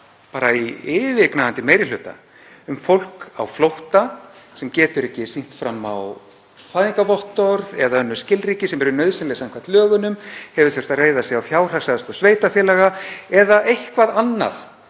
tala í yfirgnæfandi meiri hluta um fólk á flótta sem getur ekki sýnt fram á fæðingarvottorð eða önnur skilríki sem eru nauðsynleg samkvæmt lögunum, sem hefur þurft að reiða sig á fjárhagsaðstoð sveitarfélaga eða eitthvað annað,